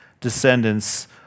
descendants